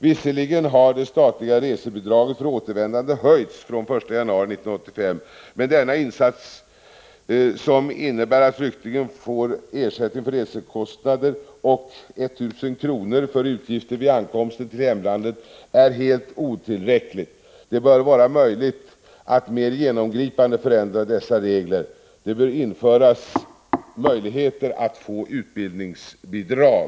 Visserligen har det statliga resebidraget för återvändande höjts från den 1 januari 1985, men denna insats, som innebär att flyktingen kan få ersättning för resekostnader och 1 000 kr. för utgifter vid ankomsten till hemlandet, är helt otillräcklig. Det bör vara möjligt att mer genomgripande förändra dessa regler. Det bör t.ex. införas möjligheter att få utbildningsbidrag.